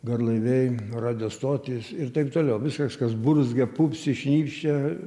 garlaiviai radijo stotys ir taip toliau viskas kas burzgia pupsi šnypščia